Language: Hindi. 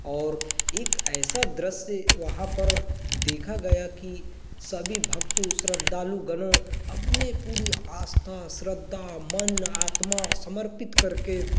और एक ऐसा दृश्य वहाँ पर देखा गया कि सभी भक्तों श्रद्धालुगणों अपने पूरी आस्था श्रद्धा मन आत्मा समर्पित करके